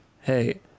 hey